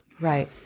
Right